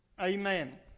Amen